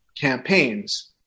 campaigns